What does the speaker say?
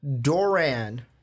Doran